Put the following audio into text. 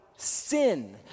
Sin